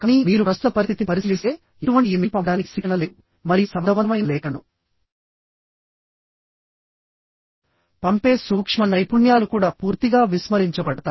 కానీ మీరు ప్రస్తుత పరిస్థితిని పరిశీలిస్తే ఎటువంటి ఇమెయిల్ పంపడానికి శిక్షణ లేదు మరియు సమర్థవంతమైన లేఖలను పంపే సూక్ష్మ నైపుణ్యాలు కూడా పూర్తిగా విస్మరించబడతాయి